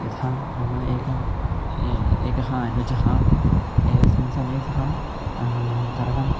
यथा मम एकम् एकः अनुजः एकस्मिन् समये सः तरणं